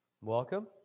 Welcome